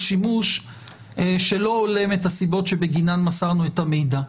שימוש שלא הולם את הסיבות שבגינן מסרנו את המידע.